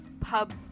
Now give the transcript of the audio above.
pub